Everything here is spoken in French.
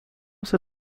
ces